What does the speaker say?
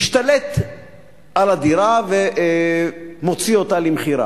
השתלט על הדירה והוא מוציא אותה למכירה.